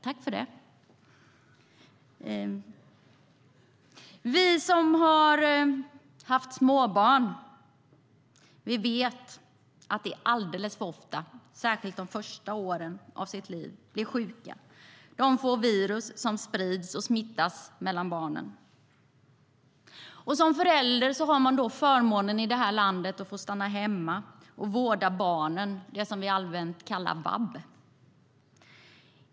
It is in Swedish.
Tack för det! Vi som har haft småbarn vet att de alldeles för ofta, särskilt under de första åren av sina liv, är sjuka. De får virus som sprids och smittas mellan barnen. Som förälder har man i det här landet förmånen att få stanna hemma och vårda barnen - det vi allmänt kallar VAB.